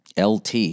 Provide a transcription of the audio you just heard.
LT